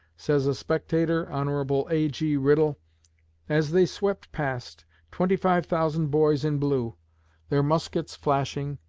says a spectator, hon. a riddle as they swept past twenty-five thousand boys in blue their muskets flashing,